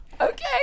Okay